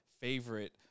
favorite